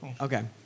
Okay